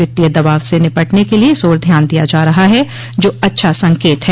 वित्तीय दबाव से निपटने के लिए इस ओर ध्यान दिया जा रहा है जो अच्छा संकेत है